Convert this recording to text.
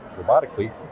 robotically